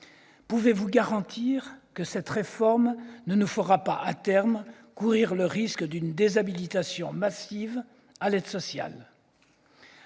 Pouvez-vous garantir que cette réforme ne nous fera pas à terme courir le risque d'une déshabilitation massive à l'aide sociale ?